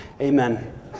amen